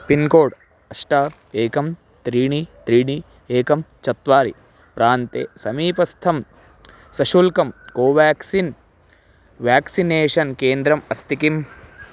pincode अष्ट एकं त्रीणि त्रीणि एकं चत्वारि प्रान्ते समीपस्थं सशुल्कं कोवेक्सिन् व्याक्सिनेषन् केन्द्रम् अस्ति किम्